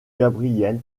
gabriel